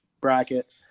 bracket